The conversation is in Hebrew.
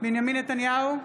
בנימין נתניהו,